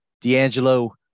D'Angelo